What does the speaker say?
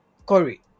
Corey